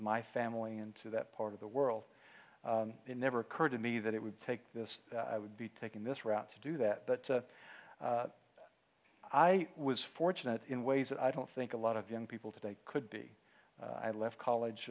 my family and to that part of the world it never occurred to me that it would take this that i would be taking this route to do that but i was fortunate in ways that i don't think a lot of young people today could be i left college